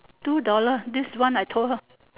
two dollar this one I told her